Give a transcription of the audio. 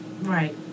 Right